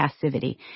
passivity